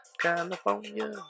California